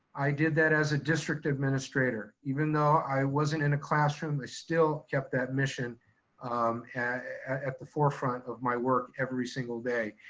i did that as a district administrator. even though i wasn't in a classroom, i still kept that mission at at the forefront of my work every single day.